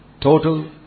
total